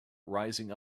rising